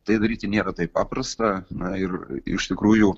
tai daryti nėra taip paprasta na ir iš tikrųjų